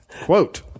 Quote